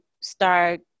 start